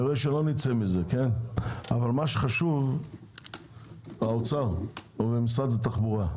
אני רואה שלא נצא מזה, אבל האוצר או משרד התחבורה,